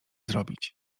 zrobić